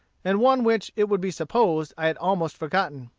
and one which it would be supposed i had almost forgotten.